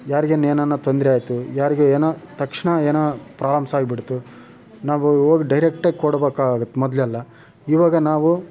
ಯಾರಿಗಾರು ಏನಾರು ತೊಂದರೆ ಆಯ್ತು ಯಾರಿಗೆ ಏನೋ ತಕ್ಷಣ ಏನೋ ಪ್ರಾಬ್ಲಮ್ಸಾಗಿಬಿಡ್ತು ನಾವು ಹೋಗಿ ಡೈರೆಕ್ಟಾಗಿ ಕೊಡ್ಬೇಕಾಗಿತ್ತು ಮೊದಲೆಲ್ಲ ಇವಾಗ ನಾವು